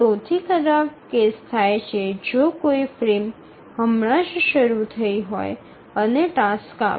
સૌથી ખરાબ કેસ થાય છે જો કોઈ ફ્રેમ હમણાં શરૂ થઈ હોય અને ટાસ્ક આવે